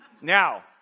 Now